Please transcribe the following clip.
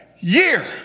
year